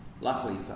Luckily